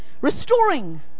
Restoring